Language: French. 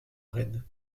rennes